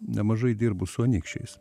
nemažai dirbu su anykščiais